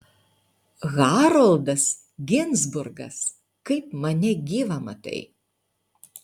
haroldas ginzburgas kaip mane gyvą matai